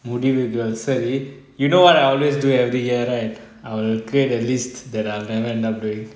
முடிவுகள் சேரி:mudivugal seri you know what I always do every year right I'll create a list that I'll never end up doing